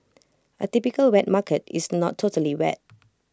A typical wet market is not totally wet